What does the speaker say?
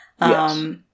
Yes